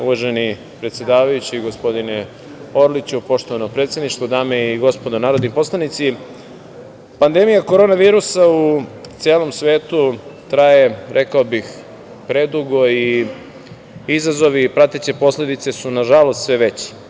Uvaženi predsedavajući, gospodine Orliću, poštovano predsedništvo, dame i gospodo narodni poslanici, pandemija korona virusa u celom svetu traje, rekao bih, predugo i izazovi i prateće posledice su nažalost sve veći.